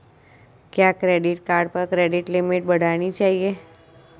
क्या credit card पर credit limit बढ़ानी चाहिए?